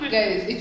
Guys